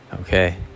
Okay